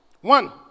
One